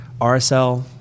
RSL